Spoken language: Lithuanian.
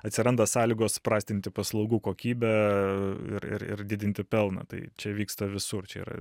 atsiranda sąlygos prastinti paslaugų kokybę ir ir ir didinti pelną tai čia vyksta visur čia yra